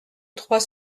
trois